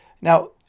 Now